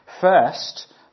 first